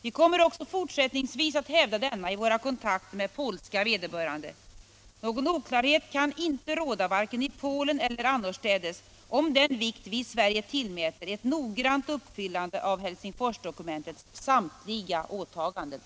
Vi kommer även fortsättningsvis att hävda denna i våra kontakter med polska vederbö rande. Någon oklarhet kan inte råda vare sig i Polen eller annorstädes, om den vikt vi i Sverige tillmäter ett noggrant uppfyllande av Helsingforsdokumentets samtliga åtaganden.